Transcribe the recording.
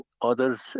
Others